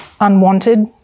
unwanted